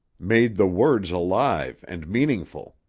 made the words alive and meaningful.